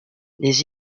les